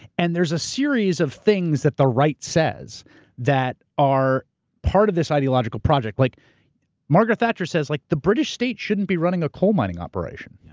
and there's a series of things that the right says that are part of this ideological project. like margaret thatcher says, like the british state shouldn't be running a coal mining operation. yeah